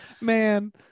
Man